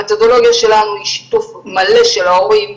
המתודולוגיה שלנו היא שיתוף מלא של ההורים,